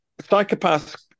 psychopaths